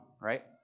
right